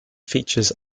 features